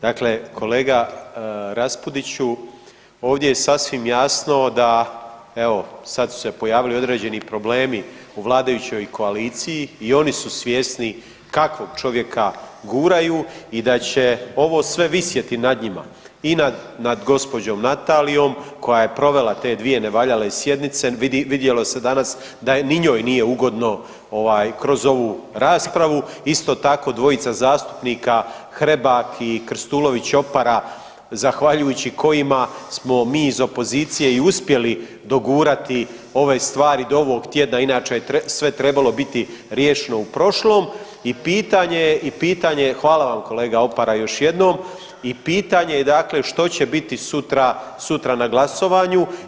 Dakle kolega Raspudiću, ovdje je sasvim jasno da evo, sad su se pojavili određeni problemi u vladajućoj koaliciji i oni su svjesni kakvog čovjeka guraju i da će ovo sve visjeti nad njima i nad gospođom Natalijom koja je provela te dvije nevaljale sjednice, vidjelo se danas da ni njoj nije ugodno kroz ovu raspravu, isto tako dvojica zastupnika, Hrebak i Krstulović Opara zahvaljujući kojima smo mi iz opozicije i uspjeli dogurati ove stvari do ovog tjedna, inače je sve trebalo biti riješeno u prošlom i pitanje je, hvala vam kolega Opara još jednom, i pitanje je dakle što će biti sutra na glasovanju.